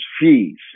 fees